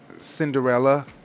Cinderella